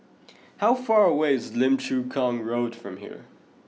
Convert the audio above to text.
how far away is Lim Chu Kang Road from here